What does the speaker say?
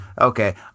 Okay